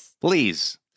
Please